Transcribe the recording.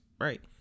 right